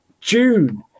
June